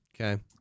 Okay